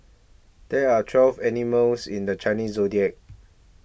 there are twelve animals in the Chinese zodiac